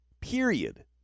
Period